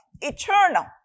eternal